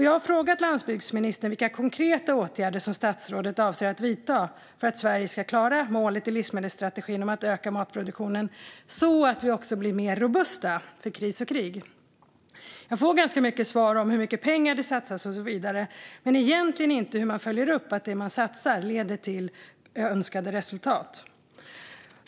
Jag har frågat landsbygdsministern vilka konkreta åtgärder som statsrådet avser att vidta för att Sverige ska klara målet i livsmedelsstrategin om att öka matproduktionen så att vi också blir mer robusta i kris och krig. Jag får mest svar om hur mycket pengar som satsas och så vidare, men jag får egentligen inga svar om hur man följer upp att det man satsar leder till önskat resultat.